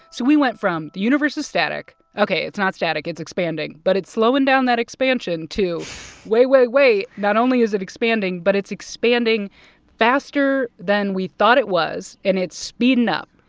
so we went from, the universe is static ok, it's not static it's expanding, but it's slowing down that expansion to wait, wait, wait not only is it expanding but it's expanding faster than we thought it was and it's speeding up.